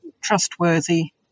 trustworthy